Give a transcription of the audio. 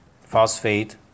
phosphate